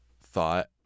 thought